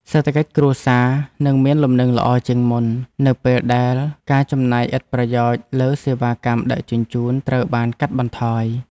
សេដ្ឋកិច្ចគ្រួសារនឹងមានលំនឹងល្អជាងមុន នៅពេលដែលការចំណាយឥតប្រយោជន៍លើសេវាកម្មដឹកជញ្ជូនត្រូវបានកាត់បន្ថយ។